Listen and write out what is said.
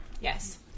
Yes